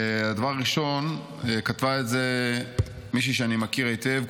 את הדבר הראשון כתבה מישהי שאני מכיר היטב,